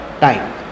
time